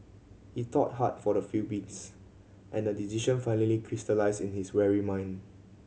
he thought hard for the few beats and a decision finally crystallised in his weary mind